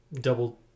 Double